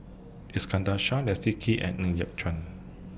Iskandar Shah Leslie Kee and Ng Yat Chuan